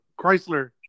Chrysler